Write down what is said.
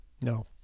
No